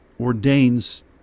ordains